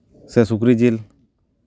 ᱥᱮ ᱥᱩᱠᱨᱤ ᱡᱤᱞ